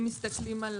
אם מסתכלים על